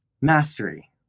mastery